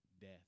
death